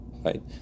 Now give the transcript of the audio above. Right